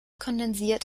kondensiert